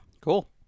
cool